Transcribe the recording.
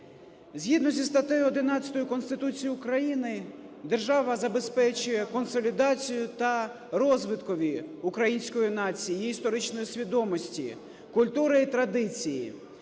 Згідно зі статтею 11 Конституції України держава забезпечує консолідацію та розвиткові української нації, її історичної свідомості, культури і традиції,